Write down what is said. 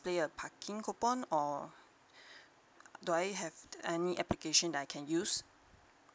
display a parking coupon or do I have any application that I can use